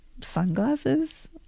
sunglasses